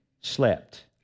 slept